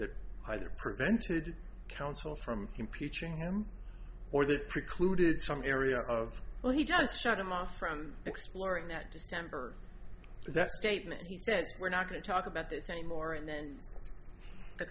that either prevented counsel from impeaching him or that precluded some area of well he just shut him off from exploring that december that statement he says we're not going to talk about this anymore and then